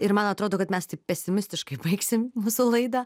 ir man atrodo kad mes taip pesimistiškai baigsim visą laidą